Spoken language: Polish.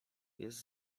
jest